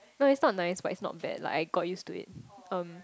no it's not nice but it's not bad like I got used to it um